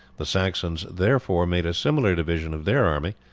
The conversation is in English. the saxons therefore made a similar division of their army,